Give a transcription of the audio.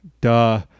duh